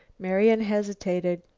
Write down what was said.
marian hesitated.